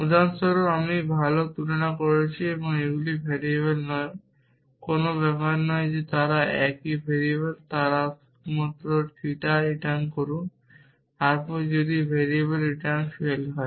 উদাহরণস্বরূপ আমি ভাল তুলনা করছি এইগুলি ভেরিয়েবল নয় কোন ব্যাপার না যে তারা একই ভেরিয়েবল তাহলে আপনি শুধু থিটা রিটার্ন করুন তারপর যদি ভেরিয়েবল রিটার্ন ফেইল হয়